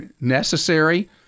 necessary